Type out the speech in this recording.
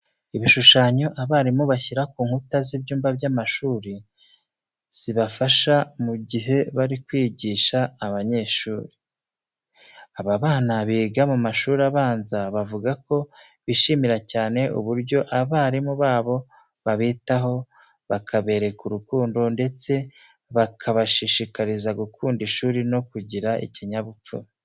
Ibishushanyo abarimu bashyira ku nkuta z'ibyumba by'amashuri zibafasha mu gihe bari kwigisha abanyeshuri. Aba bana biga mu mashuri abanza bavuga ko bishimira cyane uburyo abarimu babo babitaho, bakabereka urukundo ndetse bakabashishikariza gukunda ishuri no kugira ikinyabupfura.